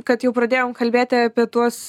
kad jau pradėjom kalbėti apie tuos